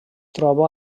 troba